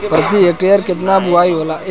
प्रति हेक्टेयर केतना बुआई होला?